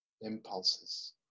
impulses